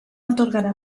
atorgarà